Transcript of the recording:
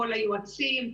כל היועצים,